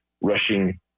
rushing